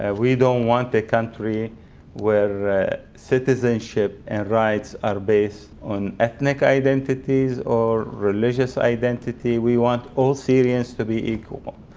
and we don't want the country where citizenship and rights are based upon ethnic identities or religious identity, we want all syrians to be equal.